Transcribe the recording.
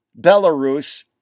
Belarus